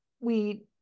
we-